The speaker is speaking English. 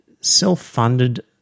self-funded